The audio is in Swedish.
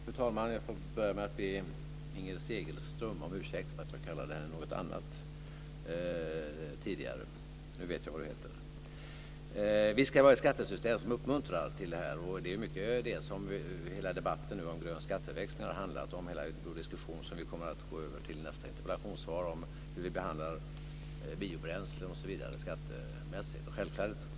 Fru talman! Visst ska vi ha ett skattesystem som uppmuntrar till detta. Det är mycket det som debatten om grön skatteväxling har handlat om. Det gäller den diskussion som vi kommer att gå över till i nästa interpellationsdebatt, nämligen hur vi behandlar biobränslen, osv., skattemässigt.